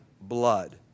blood